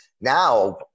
now